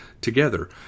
together